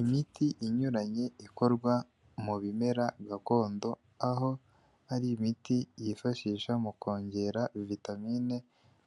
Imiti inyuranye ikorwa mu bimera gakondo aho hari imiti yifashisha mu kongera vitamine